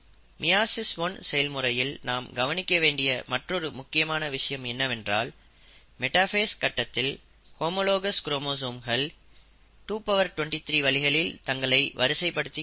meiosis 1 செயல்முறையில் நாம் கவனிக்க வேண்டிய மற்றொரு முக்கியமான விஷயம் என்னவென்றால் மெட்டாஃபேஸ் கட்டத்தில் ஹோமோலாகஸ் குரோமோசோம்கள் 223 வழிகளில் தங்களை வரிசைப்படுத்திக் கொள்ளலாம்